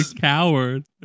coward